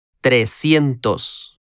Trescientos